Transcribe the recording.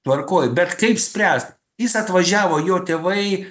tvarkoj bet kaip spręst jis atvažiavo jo tėvai